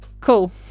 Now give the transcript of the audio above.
Cool